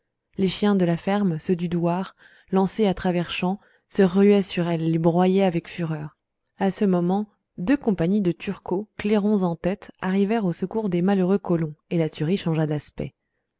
les chiens de la ferme ceux du douar lancés à travers champs se ruaient sur elles les broyaient avec fureur à ce moment deux compagnies de turcos clairons en tête arrivèrent au secours des malheureux colons et la tuerie changea d'aspect